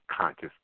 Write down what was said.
conscious